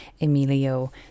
Emilio